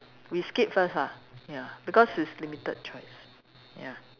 we skip first ah ya because it's limited choice ya